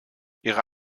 ihre